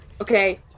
okay